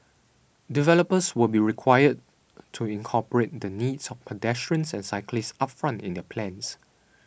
developers will be required to incorporate the needs of pedestrians and cyclists upfront in their plans